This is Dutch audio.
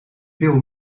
veel